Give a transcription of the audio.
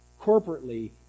corporately